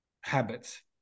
habits